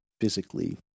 physically